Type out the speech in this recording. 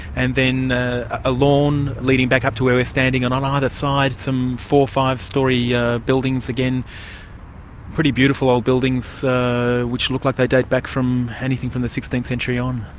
and then a lawn leading back up to where we're standing, and on either side some four, five storey yeah buildings, again pretty beautiful old buildings which look like they date back from anything from the sixteenth century on.